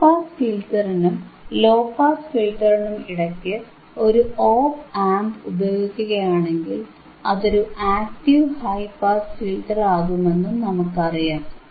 high pass ഫിൽറ്ററിനും low pass ഫിൽറ്ററിനും ഇടയ്ക്ക് ഒരു ഓപ് ആംപ് ഉപയോഗിക്കുകയാണെങ്കിൽ അതൊരു ആക്ടീവ് ഹൈ പാസ് ഫിൽറ്റർ ആകുമെന്നും നമുക്കറിയാം